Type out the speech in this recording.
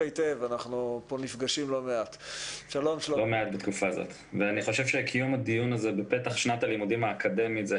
אני חושב שזה אחד הדיונים החשובים שמתקיימים בפתח שנת הלימודים האקדמית.